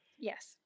Yes